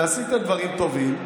ועשיתם דברים טובים,